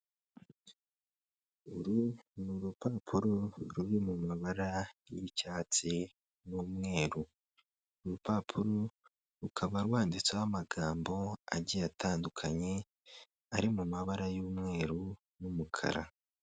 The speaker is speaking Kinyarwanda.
Uru ni urupapuro ruri mu mabara y'icyatsi n'umweru, urupapuro rukaba rwanditseho amagambo agiye atandukanye ari mu mabara y'umweru n'umukara.